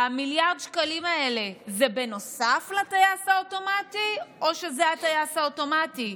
המיליארד שקלים האלה זה בנוסף לטייס האוטומטי או שזה הטייס האוטומטי?